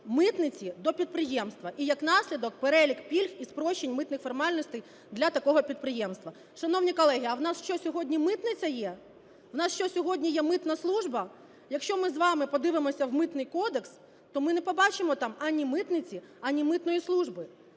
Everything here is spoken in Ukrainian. митниці до підприємства, і як наслідок -перелік пільг і спрощень митних формальностей для такого підприємства. Шановні колеги, а в нас що, сьогодні митниця є? В нас що, сьогодні є митна служба? Якщо ми з вами подивимось в Митний кодекс, то ми не побачимо там ані митниці, ані митної служби.